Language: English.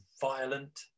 violent